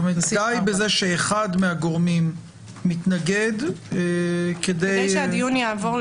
די בזה שאחד מהגורמים מתנגד --- כדי שהדיון יעבור לפרקליטות.